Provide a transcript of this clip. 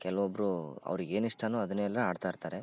ಕೆಲವೊಬ್ಬರು ಅವ್ರಿಗೆ ಏನು ಇಷ್ಟವೋ ಅದನೆಲ್ಲ ಆಡ್ತಾಯಿರ್ತಾರೆ